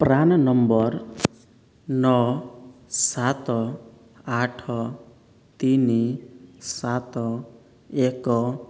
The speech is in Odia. ପ୍ରାନ୍ ନମ୍ବର ନଅ ସାତ ଆଠ ତିନି ସାତ ଏକ